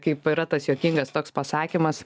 kaip yra tas juokingas toks pasakymas